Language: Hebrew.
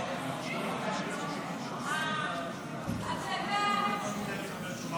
שיעשו הפסקה --- שיעשו הפסקה --- לא היה דבר